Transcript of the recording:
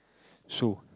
so